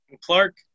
Clark